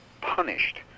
punished